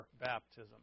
baptism